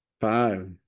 five